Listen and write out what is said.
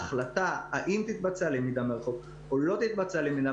ההחלטה האם תתבצע למידה מרחוק או לא תתבצע למידה